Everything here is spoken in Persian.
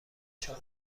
چهار